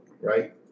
Right